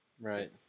Right